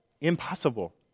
impossible